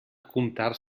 comptar